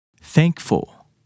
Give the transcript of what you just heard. Thankful